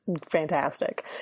fantastic